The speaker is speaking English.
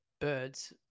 birds